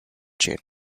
chain